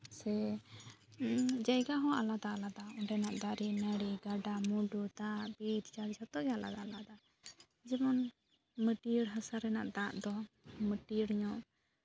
ᱥᱮ ᱡᱟᱭᱜᱟ ᱦᱚᱸ ᱟᱞᱟᱫᱟ ᱟᱞᱟᱫᱟ ᱚᱸᱰᱮᱱᱟᱜ ᱫᱟᱨᱮᱼᱱᱟᱹᱲᱤ ᱜᱟᱰᱟᱼᱢᱩᱰᱩ ᱫᱟᱜ ᱵᱤᱨ ᱡᱷᱚᱛᱚ ᱜᱮ ᱟᱞᱟᱫᱟ ᱟᱞᱟᱫᱟ ᱡᱮᱢᱚᱱ ᱢᱟᱹᱴᱭᱟᱹᱲ ᱦᱟᱥᱟ ᱨᱮᱱᱟᱜ ᱫᱟᱜ ᱫᱚ ᱢᱟᱹᱴᱭᱟᱹᱲ ᱧᱚᱜ